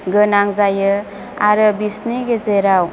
गोनां जायो आरो बिसोरनि गेजेराव